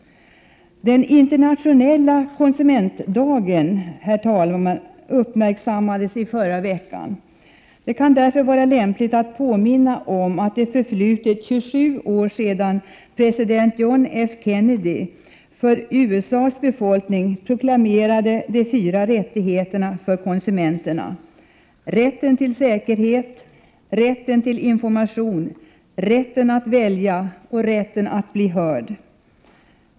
Den internationella konsumentdagen uppmärksammades förra veckan. Det kan därför vara lämpligt att påminna om att det förflutit 27 år sedan president John F. Kennedy för USA:s befolkning proklamerade de fyra rättigheterna för konsumenterna — rätten till säkerhet, rätten till information, rätten att välja och rätten att bli hörd.